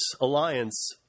Alliance